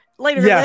later